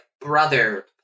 brother